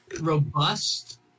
Robust